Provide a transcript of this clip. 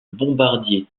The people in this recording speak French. bombardier